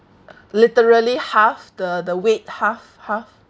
literally half the the weight half half